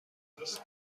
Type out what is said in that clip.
است